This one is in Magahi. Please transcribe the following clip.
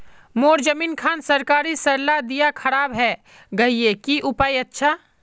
मोर जमीन खान सरकारी सरला दीया खराब है गहिये की उपाय अच्छा?